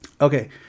Okay